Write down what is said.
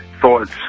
thoughts